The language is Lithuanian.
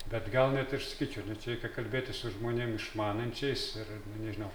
bet gal net ir sakyčiau na čia reikia kalbėtis su žmonėm išmanančiais ir na nežinau